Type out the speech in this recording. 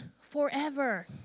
forever